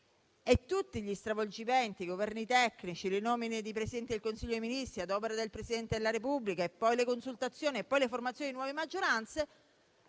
Tutti gli stravolgimenti, i Governi tecnici, le nomine del Presidente del Consiglio dei ministri ad opera del Presidente della Repubblica, le consultazioni e le formazioni di nuove maggioranze